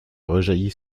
rejaillit